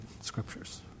scriptures